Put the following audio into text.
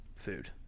food